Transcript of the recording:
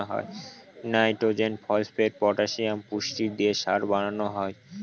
nitrogen, phosphate, potassium পুষ্টি দিয়ে সার বানানো হয়